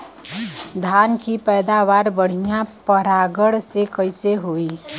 धान की पैदावार बढ़िया परागण से कईसे होई?